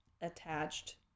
attached